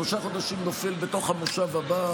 שלושה חודשים נופל בתוך המושב הבא.